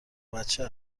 بچه